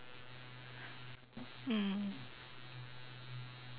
mm